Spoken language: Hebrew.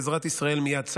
לעזרת ישראל מיד צר.